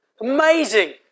Amazing